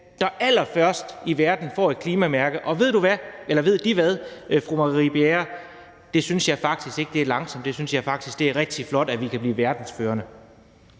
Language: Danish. der allerførst får et klimamærke. Og ved De hvad, fru Marie Bjerre? Det synes jeg faktisk ikke er langsomt. Det synes jeg faktisk er rigtig flot, nemlig at vi kan blive verdensførende.